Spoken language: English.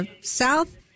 south